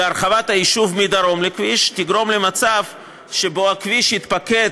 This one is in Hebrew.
והרחבת היישוב מדרום לכביש תגרום למצב שבו הכביש יתפקד